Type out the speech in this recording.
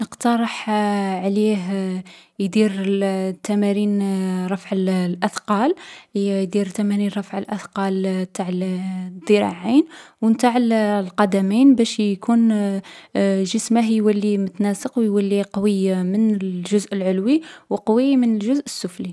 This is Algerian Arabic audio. ﻿نقترح عليه يدير التمارين رفع الأثقال. يدير التمارين رفع الأثقال تع الذراعين، ونتع القدمين بش يكون جسمه يولي متناسق و يولي قوي من الجزء العلوي و قوي من الجزء السفلي.